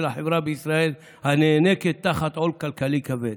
החברה בישראל הנאנקת תחת עול כלכלי כבד,